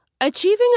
Achieving